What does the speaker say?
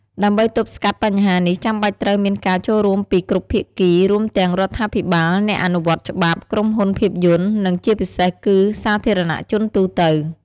ដើម្បីទប់ស្កាត់បញ្ហានេះ ចាំបាច់ត្រូវមានការចូលរួមពីគ្រប់ភាគី រួមទាំងរដ្ឋាភិបាល អ្នកអនុវត្តច្បាប់ ក្រុមហ៊ុនភាពយន្ត និងជាពិសេសគឺសាធារណជនទូទៅ។